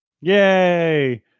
Yay